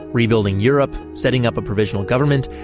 rebuilding europe, setting up a provisional government,